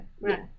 right